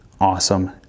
Awesome